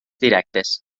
directes